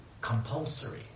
Compulsory